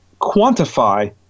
quantify